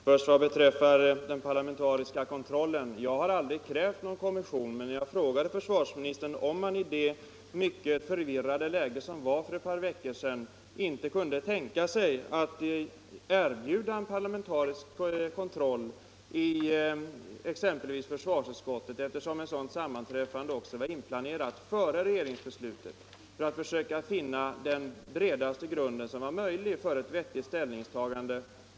Herr talman! Vad beträffar den parlamentariska kontrollen vill jag säga att jag aldrig krävt någön kommission. Jag frågade försvarsministern om man i det mycket förvirrade läge som rådde för ett par veckor sedan inte kunde tänka sig att erbjuda en parlamentarisk kontroll i exempelvis försvarsutskottet — ett sammanträffande i ärendet var också inplanerat före regeringsbeslutet — för att försöka få bredaste möjliga underlag för ett vettigt ställningstagande.